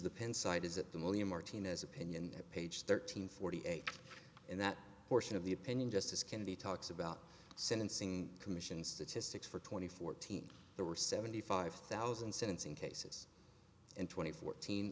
the pen side is that the million martinez opinion page thirteen forty eight in that portion of the opinion justice kennedy talks about sentencing commission statistics for twenty fourteenth there were seventy five thousand sentencing cases in twenty fourteen